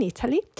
Italy